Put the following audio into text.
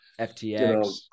FTX